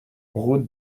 route